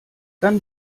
dann